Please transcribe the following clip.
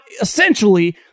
essentially